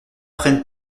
prennent